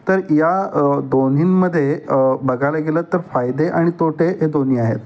तर या दोन्हींमध्ये बघायला गेलं तर फायदे आणि तोटे हे दोन्ही आहेत